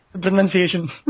pronunciation